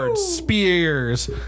spears